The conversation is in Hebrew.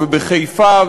ובחיפה,